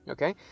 Okay